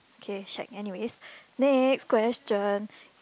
okay shag anyways next question